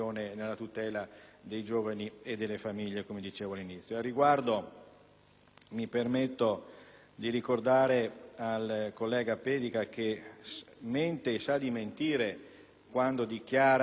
mi permetto di dire che al collega Pedica che mente e che sa di mentire quando dichiara che in Commissione è stato bocciato l'emendamento sul bingo.